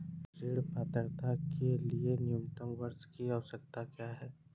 ऋण पात्रता के लिए न्यूनतम वर्ष की आवश्यकता क्या है?